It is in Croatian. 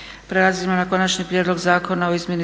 Prelazimo na: - Konačni prijedlog zakona o izmjenama